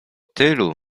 tylu